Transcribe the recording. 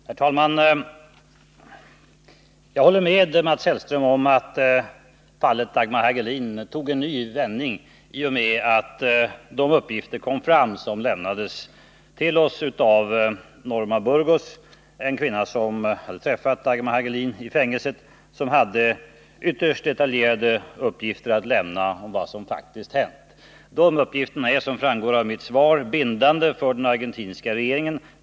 Herr talman! Jag håller med Mats Hellström om att fallet Dagmar Hagelin tog en ny vändning i och med att de uppgifter kom fram som lämnades till oss av Susana Norma Burgos, en kvinna som hade träffat Dagmar Hagelin i fängelset och som hade ytterst detaljerade uppgifter att lämna om vad som faktiskt hänt. De uppgifterna är, som framgår av mitt svar, bindande för den argentinska regeringen.